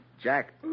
Jack